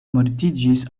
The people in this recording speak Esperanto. mortiĝis